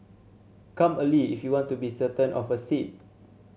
come early if you want to be certain of a seat